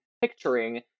picturing